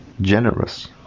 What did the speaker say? Generous